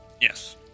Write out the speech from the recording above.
Yes